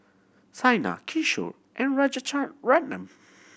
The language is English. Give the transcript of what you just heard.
Saina Kishore and